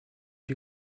die